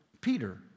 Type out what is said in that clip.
Peter